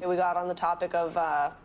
we got on the topic of